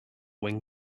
wing